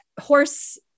horse